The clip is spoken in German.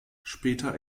später